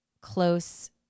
close